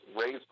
raise